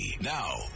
now